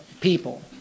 people